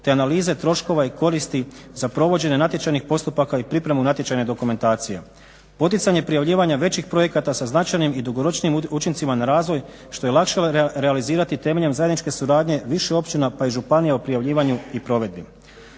te analize troškova i koristi za provođenje natječajnih postupaka i pripremu natječajne dokumentacije, poticanje prijavljivanja većih projekata sa značajnim i dugoročnijim učincima na razvoje što je lakše realizirati temeljem zajedničke suradnje više općina, pa i županija o prijavljivanju i provedbi.